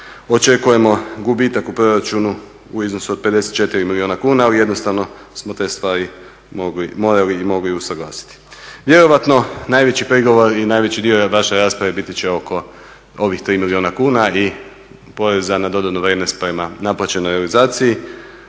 očekujemo gubitak u proračunu u iznosu od 54 milijuna kuna. Ali jednostavno smo te stvari morali i mogli usuglasiti. Vjerojatno najveći prigovor i najveći dio vaše rasprave biti će oko ovih tri milijuna kuna i poreza na dodanu vrijednost prema naplaćenoj realizaciji.